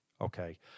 okay